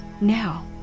Now